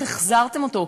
איך החזרתם אותו?